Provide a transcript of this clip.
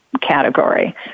category